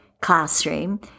classroom